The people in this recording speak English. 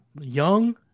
Young